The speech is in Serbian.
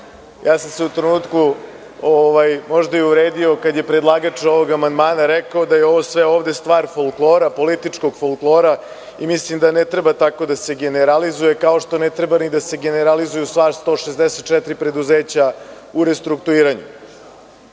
sam se možda i uvredio kada je predlagač ovog amandmana rekao da je ovo sve ovde stvar političkog folklora i mislim da ne treba tako da se generalizuje, kao što ne treba ni da se generalizuju sva 164 preduzeća u restrukturiranju. Apsolutno